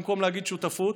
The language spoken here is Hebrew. במקום להגיד שותפות,